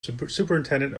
superintendent